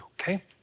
okay